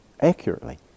accurately